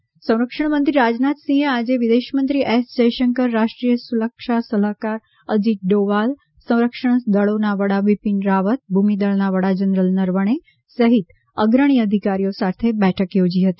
રાજનાથસિંહ્ સંરક્ષણમંત્રી રાજનાથસિંહે આજે વિદેશમંત્રી એસ જયશંકર રાષ્ટ્રીય સુરક્ષા સલાહકાર અજિત ડોવલ સંરક્ષણ દળોના વડા બિપિન રાવત ભૂમિદળના વડા જનરલ નરવણે સહિત અગ્રણી અધિકારીઓ સાથે બેઠક યોજી હતી